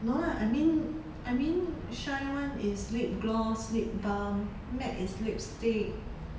no lah I mean I mean shine one is lip gloss lip balm matte is lipstick